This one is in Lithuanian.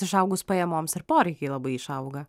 išaugus pajamoms ir poreikiai labai išauga